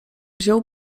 wziął